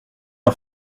pas